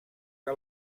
que